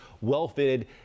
well-fitted